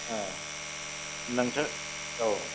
नोंथां औ